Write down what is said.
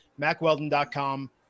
macweldon.com